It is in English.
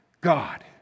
God